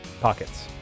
Pockets